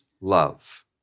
love